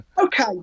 Okay